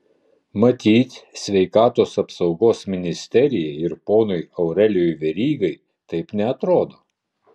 matyt sveikatos apsaugos ministerijai ir ponui aurelijui verygai taip neatrodo